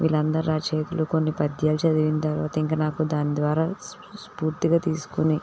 వీళ్ళందరూ రచయితలు కొన్ని పద్యాలు చదివిన తరువాత ఇంక నాకు దాని ద్వారా స్పూ స్ఫూర్తిగా తీసుకుని